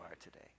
today